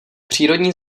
přírodní